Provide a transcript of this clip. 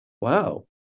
wow